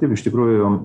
taip iš tikrųjų